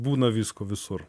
būna visko visur